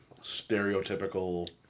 stereotypical